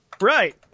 Right